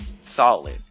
solid